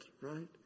right